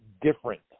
different